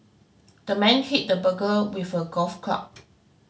the man hit the burglar with a golf club